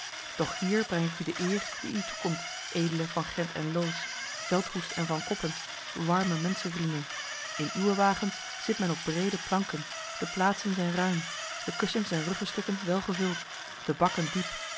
doch hier breng ik u de eer die u toekomt edele van gend en loos veldhoest en van koppen warme menschenvrienden in uwe wagens zit men op breede banken de plaatsen zijn ruim de kussens en ruggestukken welgevuld de bakken diep